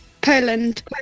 Poland